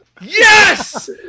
Yes